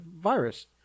virus